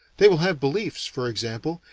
they will have beliefs, for example,